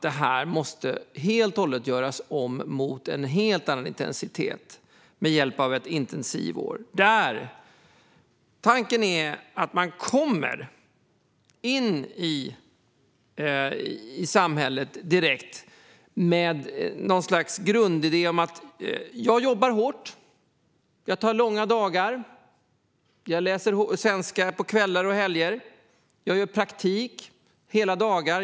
Det här måste helt och hållet göras om, med en helt annan intensitet, med hjälp av ett intensivår. Tanken är att man kommer in i samhället direkt med något slags grundidé om att jobba hårt, ta långa dagar, läsa svenska på kvällar och helger och ha praktik hela dagen.